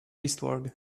eastward